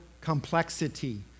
complexity